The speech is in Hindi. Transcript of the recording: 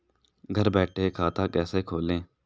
घर बैठे खाता कैसे खोलें?